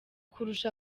kurusha